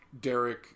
Derek